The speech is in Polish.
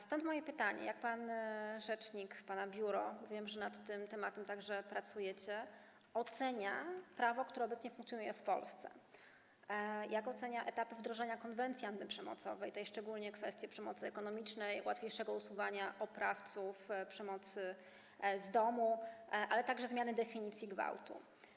Stąd moje pytanie: Jak pan rzecznik, pana biuro - wiem, że nad tym tematem także pracujecie - ocenia prawo, które obecnie funkcjonuje w Polsce, jak ocenia etapy wdrożenia konwencji antyprzemocowej, szczególnie jeśli chodzi o kwestie przemocy ekonomicznej, łatwiejszego usuwania oprawców, sprawców przemocy z domu, ale także zmiany definicji gwałtu?